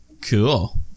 Cool